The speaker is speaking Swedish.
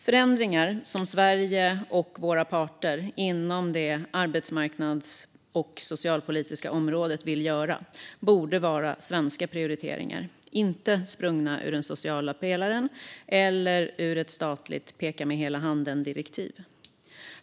Förändringar som Sverige och våra parter på det arbetsmarknads och socialpolitiska området vill göra borde vara svenska prioriteringar, inte sprungna ur den sociala pelaren eller ur ett överstatligt peka-med-hela-handen-direktiv.